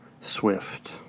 swift